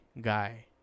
guy